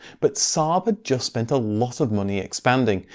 but saab had just spent a lot of money expanding.